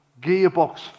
gearbox